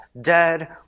dead